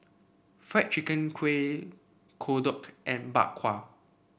Fried Chicken Kueh Kodok and Bak Kwa